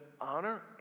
honor